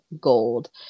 gold